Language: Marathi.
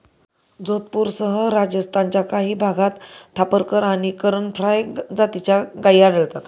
जोधपूरसह राजस्थानच्या काही भागात थापरकर आणि करण फ्राय जातीच्या गायी आढळतात